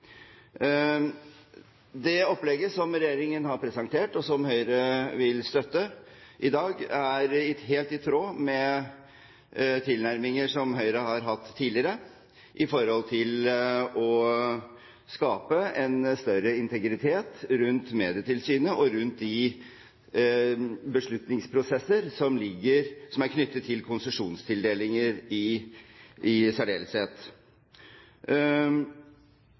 Det opplegget som regjeringen har presentert, og som Høyre vil støtte i dag, er helt i tråd med tilnærminger som Høyre har hatt tidligere for å skape en større integritet rundt Medietilsynet og rundt de beslutningsprosesser som er knyttet til konsesjonstildelinger i særdeleshet. Det er kringkastingsfeltets uavhengighet som her er det bærende hensynet. Debatten i